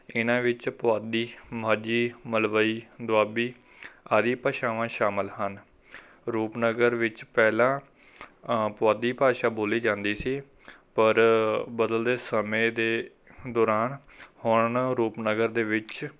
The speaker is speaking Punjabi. ਇਹਨਾਂ ਵਿੱਚ ਪੁਆਧੀ ਮਾਝੀ ਮਲਵਈ ਦੁਆਬੀ ਆਦਿ ਭਾਸ਼ਾਵਾਂ ਸ਼ਾਮਿਲ ਹਨ ਰੂਪਨਗਰ ਵਿੱਚ ਪਹਿਲਾਂ ਅ ਪੁਆਧੀ ਭਾਸ਼ਾ ਬੋਲੀ ਜਾਂਦੀ ਸੀ ਪਰ ਬਦਲਦੇ ਸਮੇਂ ਦੇ ਦੌਰਾਨ ਹੁਣ ਰੂਪਨਗਰ ਦੇ ਵਿੱਚ